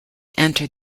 entered